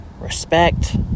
Respect